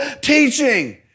teaching